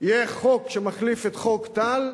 יהיה חוק שמחליף את חוק טל,